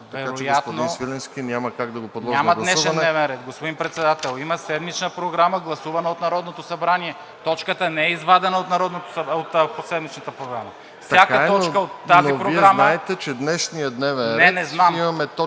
така че, господин Сливенски, няма как да го подложа на гласуване. ГЕОРГИ СВИЛЕНСКИ: Няма днешен дневен ред, господин Председател! Има седмична Програма, гласувана от Народното събрание, а точката не е извадена от седмичната Програма. Всяка точка от тази програма... ПРЕДСЕДАТЕЛ